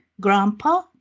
grandpa